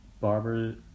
Barber